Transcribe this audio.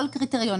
כל קריטריון.